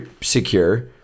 secure